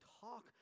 talk